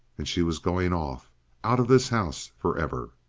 and she was going off out of this house for ever!